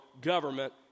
government